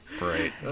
Right